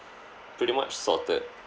pretty much sorted